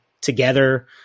together